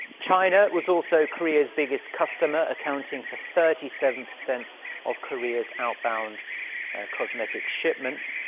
china was also korea's biggest customer. accounting for thirty seven percent of korea's outbound cosmetics shipments.